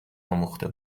آموخته